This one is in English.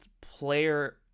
player